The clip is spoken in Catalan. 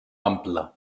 ample